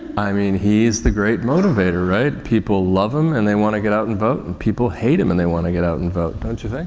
i mean, he is the great motivator, right? people love him, and they want to get out and vote, and people hate him, and they want to get out and vote, don't you think?